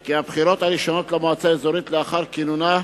כי הבחירות הראשונות למועצה האזורית, לאחר כינונה,